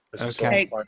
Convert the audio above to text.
Okay